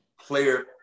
player